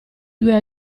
due